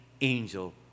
angel